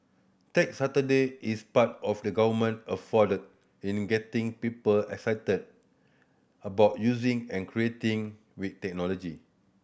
Tech Saturday is part of the Government effort in getting people excited about using and creating with technology